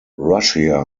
russia